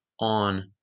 on